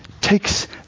takes